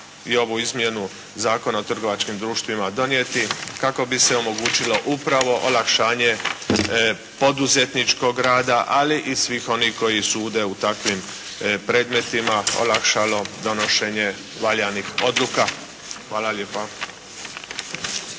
i ovu izmjenu Zakona o trgovačkim društvima donijeti kako bi se omogućilo upravo olakšanje poduzetničkog rada ali i svih onih koji sudjeluju u takvim predmetima olakšalo donošenje valjanih odluka. Hvala.